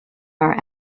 are